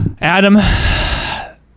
Adam